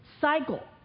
cycle